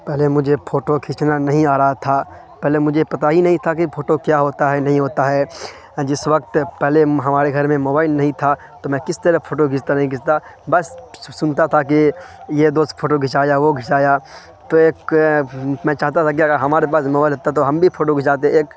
پہلے مجھے فوٹو کھینچنا نہیں آ رہا تھا پہلے مجھے پتہ ہی نہیں تھا کہ فوٹو کیا ہوتا ہے نہیں ہوتا ہے جس وقت پہلے ہمارے گھر میں موبائل نہیں تھا تو میں کس طرح فوٹو کھینچتا نہیں کھینچتا بس سنتا تھا کہ یہ دوست فوٹو کھچایا وہ کھچایا تو ایک میں چاہتا تھا کہ اگر ہمارے پاس موبائل ہوتا تو ہم بھی فوٹو کھنچاتے ایک